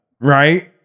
right